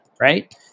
Right